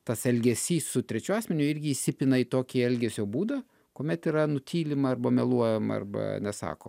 tas elgesys su trečiu asmeniu irgi įsipina į tokį elgesio būdą kuomet yra nutylima arba meluojama arba nesako